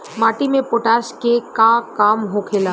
माटी में पोटाश के का काम होखेला?